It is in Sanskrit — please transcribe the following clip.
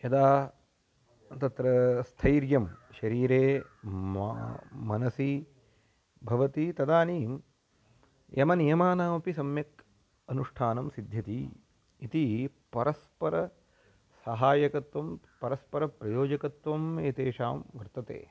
यदा तत्र स्थैर्यं शरीरे मा मनसि भवति तदानीं यमनियमानामपि सम्यक् अनुष्ठानं सिध्यति इति परस्परसहायकत्वं परस्परप्रयोजकत्वम् एतेषां वर्तते